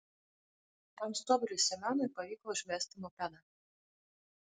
tam stuobriui semionui pavyko užvesti mopedą